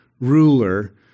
ruler